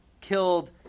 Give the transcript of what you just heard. killed